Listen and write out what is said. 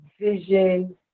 Vision